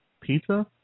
pizza